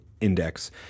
index